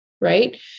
right